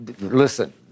Listen